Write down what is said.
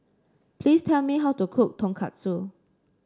please tell me how to cook Tonkatsu